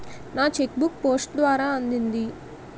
నా cheque book post ద్వారా అందింది